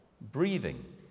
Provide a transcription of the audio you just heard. Breathing